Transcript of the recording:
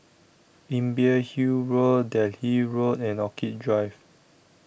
Imbiah Hill Road Delhi Road and Orchid Drive